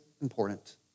important